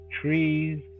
trees